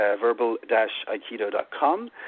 verbal-aikido.com